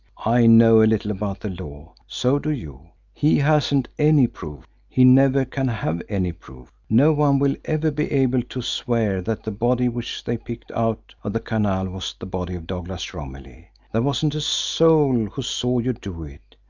i know a little about the law so do you. he hasn't any proof he never can have any proof. no one will ever be able to swear that the body which they picked out of the canal was the body of douglas romilly. there wasn't a soul who saw you do it.